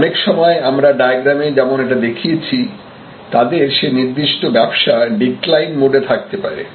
অনেক সময় আমরা ডায়াগ্রামে যেমন এটা দেখিয়েছি তাদের সেই নির্দিষ্ট ব্যবসা ডিক্লাইন মোডে থাকতে পারে